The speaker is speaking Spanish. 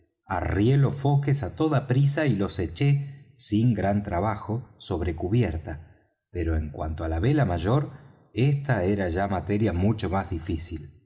buque arrié los foques á toda prisa y los eché sin gran trabajo sobre cubierta pero en cuanto á la vela mayor esta era ya materia mucho más difícil